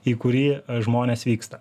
į kurį žmonės vyksta